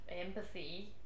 empathy